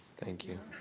thank you.